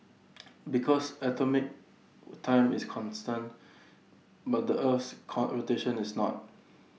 because atomic time is constant but the Earth's rotation is not